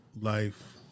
life